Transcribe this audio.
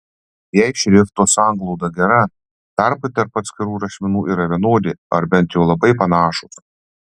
jei šrifto sanglauda gera tarpai tarp atskirų rašmenų yra vienodi ar bent jau labai panašūs